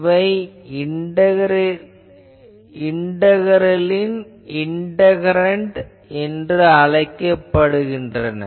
இவை இண்டகரலின் இண்டகரன்ட் என்று அழைக்கப்படுகின்றன